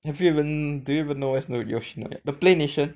have you even do you even know where's the Yoshinoya the Play Nation